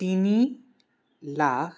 তিনি লাখ